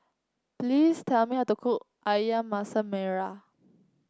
please tell me how to cook ayam Masak Merah